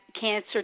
cancer